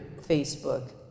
Facebook